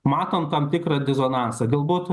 matom tam tikrą disonansą galbūt